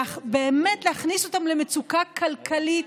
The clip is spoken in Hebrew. באמת להכניס אותם למצוקה כלכלית,